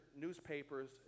newspapers